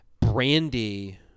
Brandy